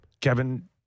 Kevin